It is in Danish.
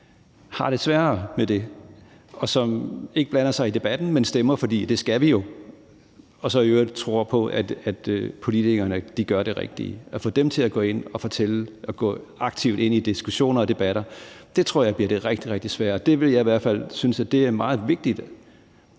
har det sværere med det, og som ikke blander sig i debatten, men stemmer, fordi det skal »vi« jo, og så i øvrigt tror på, at politikerne gør det rigtige. At få dem til at gå aktivt ind i diskussioner og debatter tror jeg bliver det rigtig, rigtig svære, og jeg synes for mit eget vedkommende, at det er meget vigtigt